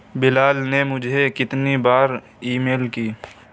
بلال نے مجھے کتنی بار ای میل کی